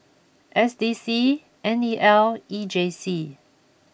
S D C N E L and E J C